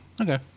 Okay